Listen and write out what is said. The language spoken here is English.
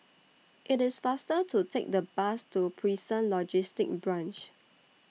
IT IS faster to Take The Bus to Prison Logistic Branch